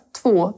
två